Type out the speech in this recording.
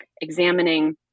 examining